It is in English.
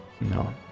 No